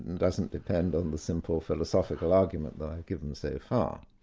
and doesn't depend on the simple philosophical argument that i've given so far.